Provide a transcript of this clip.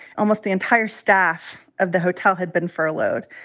almost the entire staff of the hotel had been furloughed.